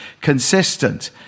consistent